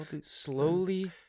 slowly